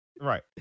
right